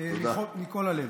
מכל הלב.